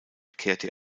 kehrte